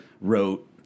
wrote